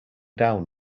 down